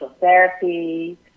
therapy